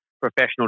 professional